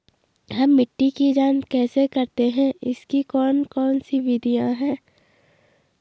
हम मिट्टी की जांच कैसे करते हैं इसकी कौन कौन सी विधियाँ है?